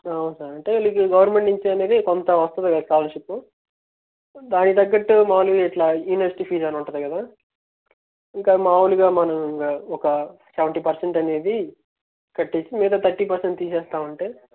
అవును సార్ అంటే వీళ్లకి గవర్నమెంట్ నుంచి అనేది కొంత వస్తుంది స్కాలర్షిప్పు దానికి తగ్గట్టు మాములుగా ఇట్లా యూనివర్సిటీ ఫీజు అని ఉంటుంది కదా ఇంకా మాములుగా మనం ఇంగ ఒక సెవెంటీ పర్శంట్ అనేది ట్టిచ్చి మిగతా థర్టీ పర్శంట్ అనేది తీసేస్తాం అంటే